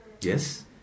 Yes